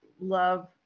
love